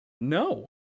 No